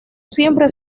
siempre